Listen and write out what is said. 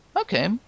Okay